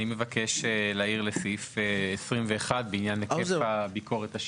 11:10) אני מבקש להעיר לסעיף 21 בעניין היקף הביקורת השיפוטית.